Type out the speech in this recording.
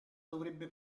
dovrebbe